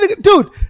dude